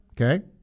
okay